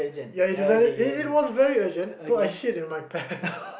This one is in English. ya you don't have it it it was very urgent so I shit in my pants